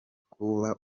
kuba